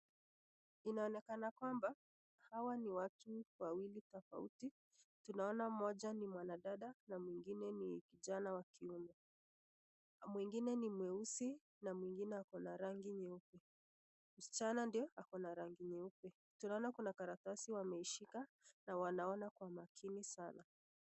inaonekana kwamba hawa ni watu wawili tofauti tunaona moja ni mwanadada na mwingine ni kijana wa kiume mwengine ni mweusi na mwingine ako na rangi nyeupe, msichana ndio ako na rangi nyeupe tunaona kuna karatasi wameshika nawanaona kwa makini sana.